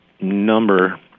number